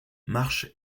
marsh